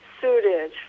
suited